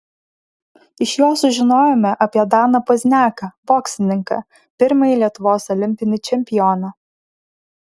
iš jo sužinojome apie daną pozniaką boksininką pirmąjį lietuvos olimpinį čempioną